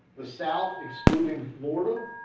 the south excluding florida.